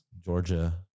Georgia